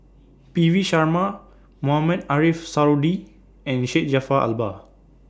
P V Sharma Mohamed Ariff Suradi and Syed Jaafar Albar